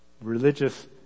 religious